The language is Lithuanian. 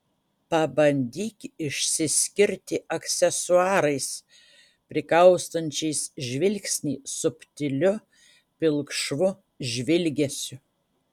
pabandyk išsiskirti aksesuarais prikaustančiais žvilgsnį subtiliu pilkšvu žvilgesiu